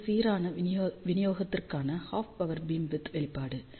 இது சீரான விநியோகத்திற்கான ஹாஃப் பவர் பீம் விட்த் வெளிப்பாடு